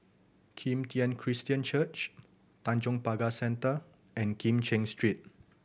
Kim Tian Christian Church Tanjong Pagar Centre and Kim Cheng Street